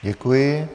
Děkuji.